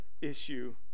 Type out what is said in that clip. issue